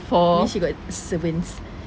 maybe she got servants